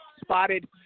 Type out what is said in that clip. spotted